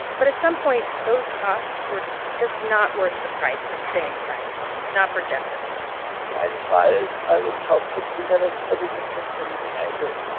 but at some point, those costs were just not worth the price of staying silent, not for jeff at least i decided i would tell sixty minutes everything and anything i knew,